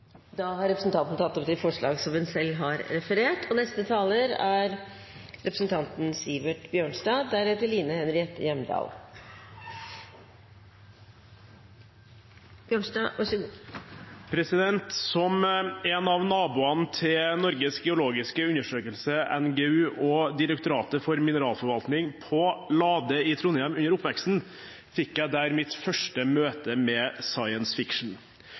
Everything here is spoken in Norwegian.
opp de forslagene som Arbeiderpartiet har sammen med andre partier. Representanten Else-May Botten har tatt opp de forslagene hun refererte til. Som en av naboene til Norges geologiske undersøkelse, NGU, og Direktoratet for mineralforvaltning på Lade i Trondheim under oppveksten fikk jeg der mitt første møte med